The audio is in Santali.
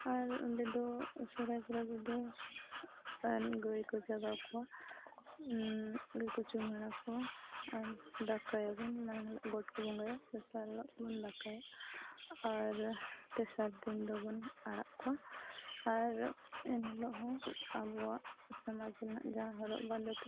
ᱟᱨ ᱚᱸᱰᱮ ᱫᱚ ᱥᱚᱦᱚᱨᱟᱭ ᱯᱚᱨᱚᱵᱽ ᱨᱮᱫᱚ ᱜᱟᱹᱭ ᱠᱚ ᱡᱟᱜᱟᱶ ᱠᱚᱣᱟ ᱜᱟᱹᱭ ᱠᱚ ᱪᱩᱢᱟᱹᱲᱟ ᱠᱚᱣᱟ ᱟᱨ ᱫᱟᱠᱟᱭᱟᱵᱚᱱ ᱢᱟᱲᱟᱝ ᱦᱤᱞᱳᱜ ᱜᱚᱴ ᱠᱚ ᱵᱚᱸᱜᱟᱭᱟ ᱫᱚᱥᱟᱨ ᱦᱤᱞᱳᱜ ᱵᱚᱱ ᱫᱟᱠᱟᱭᱟ ᱟᱨ ᱛᱮᱥᱟᱨ ᱫᱤᱱ ᱫᱚᱵᱚᱱ ᱟᱬᱟᱜ ᱠᱚᱣᱟ ᱟᱨ ᱮᱱ ᱦᱤᱞᱳᱜ ᱦᱚᱸ ᱟᱵᱚᱣᱟᱜ ᱥᱚᱢᱟᱡᱽ ᱨᱮᱱᱟᱜ ᱡᱟᱦᱟᱸ ᱦᱚᱨᱚᱜ ᱵᱟᱸᱫᱮ ᱛᱟᱵᱚᱱ